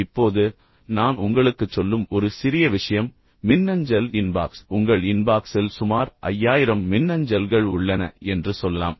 இப்போது நான் உங்களுக்குச் சொல்லும் ஒரு சிறிய விஷயம் மின்னஞ்சல் இன்பாக்ஸ் உங்கள் இன்பாக்ஸில் சுமார் 5000 மின்னஞ்சல்கள் உள்ளன என்று சொல்லலாம்